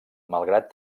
malgrat